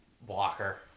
blocker